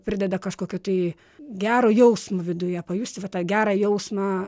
prideda kažkokio tai gero jausmo viduje pajusti va tą gerą jausmą